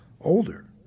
older